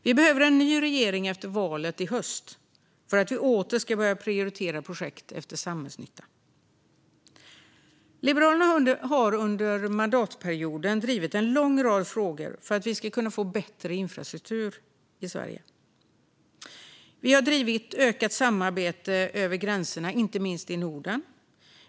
Vi behöver en ny regering efter valet i höst för att vi åter ska börja prioritera projekt efter samhällsnytta. Liberalerna har under mandatperioden drivit en lång rad frågor för att vi ska få bättre infrastruktur i Sverige. Vi har drivit frågan om ökat samarbete över gränserna, inte minst i Norden.